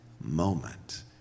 moment